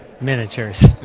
Miniatures